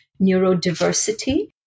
neurodiversity